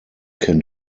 can